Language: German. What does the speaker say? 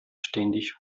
ständig